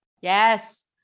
yes